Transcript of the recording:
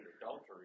adultery